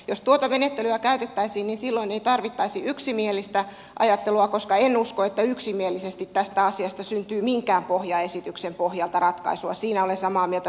jos tuota menettelyä käytettäisiin niin silloin ei tarvittaisi yksimielistä ajattelua koska en usko että yksimielisesti tästä asiasta syntyy minkään pohjaesityksen pohjalta ratkaisua siinä olen samaa mieltä sasin kanssa